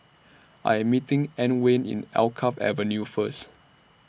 I Am meeting Antwain Alkaff Avenue First